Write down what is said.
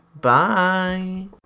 Bye